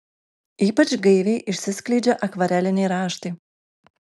ypač gaiviai išsiskleidžia akvareliniai raštai